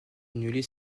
annulée